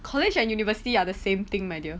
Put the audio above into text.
college and university are the same thing my dear